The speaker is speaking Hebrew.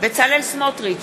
בצלאל סמוטריץ,